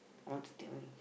I want to take like